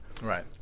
right